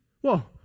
Whoa